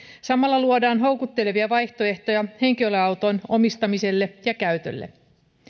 samalla luodaan houkuttelevia vaihtoehtoja henkilöauton omistamiselle ja käytölle